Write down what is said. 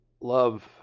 love